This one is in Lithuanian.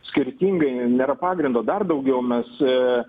skirtingai nėra pagrindo dar daugiau mes